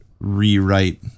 rewrite